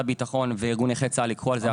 הביטחון וארגון נכי צה"ל ייקח על זה אחריות.